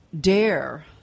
dare